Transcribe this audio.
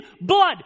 blood